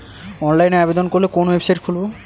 অনলাইনে আবেদন করলে কোন ওয়েবসাইট খুলব?